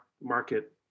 market